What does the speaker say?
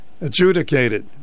adjudicated